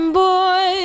boy